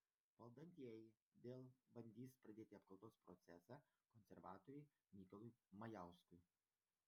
valdantieji dėl bandys pradėti apkaltos procesą konservatoriui mykolui majauskui